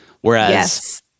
Whereas